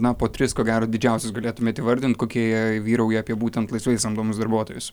na po tris ko gero didžiausius galėtumėt įvardint kokie jie vyrauja apie būtent laisvai samdomus darbuotojus